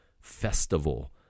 festival